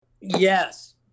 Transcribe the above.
Yes